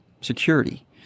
security